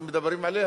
מדברים עליה,